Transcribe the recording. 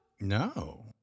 No